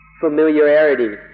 familiarity